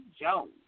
Jones